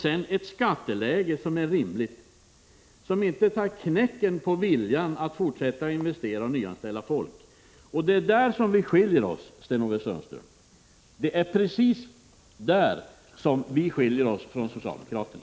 Sedan behövs ett rimligt skatteläge som inte tar knäcken på viljan att fortsätta att investera och fortsätta att nyanställa folk. Det är precis på den punkten som vi moderater skiljer oss från socialdemokraterna.